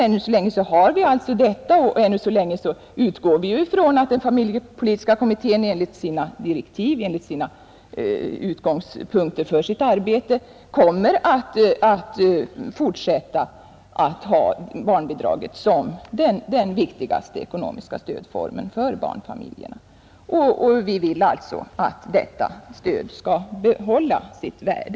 Ännu så länge finns detta stöd, och man kan väl utgå från att familjepolitiska kommittén i enlighet med sina direktiv och utgångspunkterna för kommitténs arbete kommer att bibehålla barnbidraget som den viktigaste ekonomiska stödformen för barnfamiljerna. Vi vill därför att detta stöd skall bevara sitt värde.